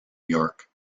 york